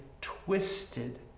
twisted